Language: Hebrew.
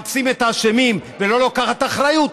מחפשים את האשמים ולא לקחת אחריות,